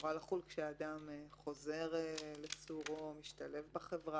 אמורה לחול כשאדם חוזר לסורו, משתלב בחברה